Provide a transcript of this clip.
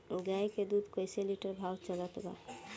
गाय के दूध कइसे लिटर भाव चलत बा?